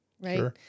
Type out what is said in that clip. right